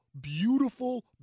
beautiful